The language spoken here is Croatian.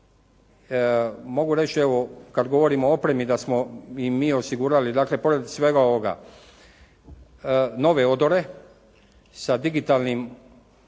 Mogu reći evo kada govorimo o opremi, da smo mi osigurali, dakle pored svega ovoga, nove odore sa digitalnim